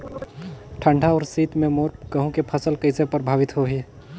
ठंडा अउ शीत मे मोर गहूं के फसल कइसे प्रभावित होही?